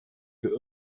für